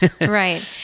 Right